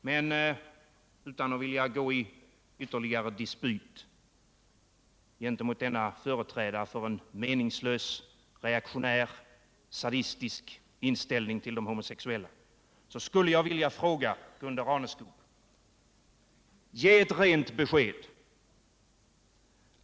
Men utan att vilja gå i ytterligare dispyt gentemot denne företrädare för en meningslös reaktionär sadistisk inställning till de homosexuella skulle jag vilja säga till Gunde Raneskog: Ge ett rent besked!